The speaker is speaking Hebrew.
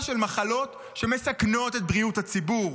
של מחלות שמסכנות את בריאות הציבור.